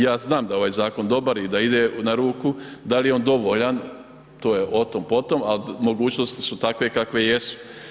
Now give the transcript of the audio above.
Ja znam da je ovaj zakon dobar i da ide na ruku, da li je on dovoljan, to je o tom potom ali mogućnosti su takve kakve jesu.